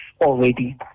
already